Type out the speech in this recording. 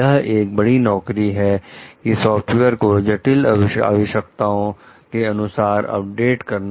यह एक बड़ी नौकरी है कि सॉफ्टवेयर को जटिल आवश्यकताओं के अनुसार अपडेट करना